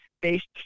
based